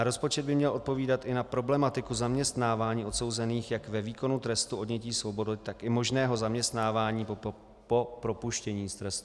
Rozpočet by měl odpovídat i na problematiku zaměstnávání odsouzených jak ve výkonu trestu odnětí svobody, tak i možného zaměstnávání po propuštění z trestu.